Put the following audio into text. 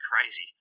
crazy